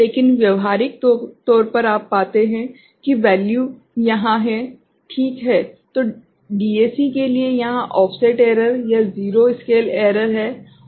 लेकिन व्यावहारिक तौर पर आप पाते हैं कि वैल्यू यहाँ है ठीक है तो डीएसी के लिए यहाँ ऑफसेट एरर या ज़ीरो स्केल एरर है